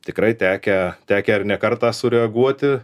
tikrai tekę tekę ar ne kartą sureaguoti